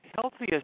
healthiest